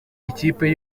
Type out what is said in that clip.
ikipe